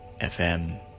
FM